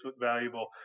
valuable